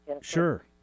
sure